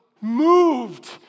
moved